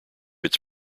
its